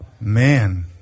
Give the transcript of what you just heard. Man